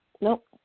nope